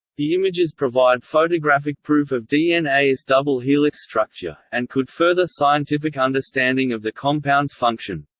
the images provide photographic proof of dna's double-helix structure, and could further scientific understanding of the compound's function.